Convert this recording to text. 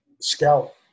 scout